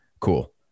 Cool